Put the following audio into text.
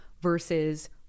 versus